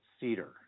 cedar